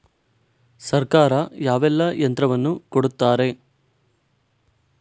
ಸರ್ಕಾರ ಯಾವೆಲ್ಲಾ ಯಂತ್ರವನ್ನು ಕೊಡುತ್ತಾರೆ?